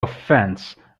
offense